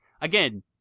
again